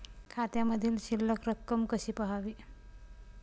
खात्यामधील शिल्लक रक्कम कशी पहावी?